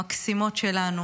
המקסימות שלנו,